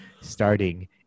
starting